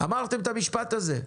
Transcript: אמרתם את המשפט הזה.